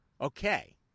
Okay